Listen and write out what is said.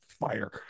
fire